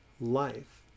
life